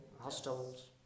hostels